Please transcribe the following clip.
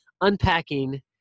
unpacking